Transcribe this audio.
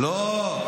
לא,